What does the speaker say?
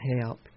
help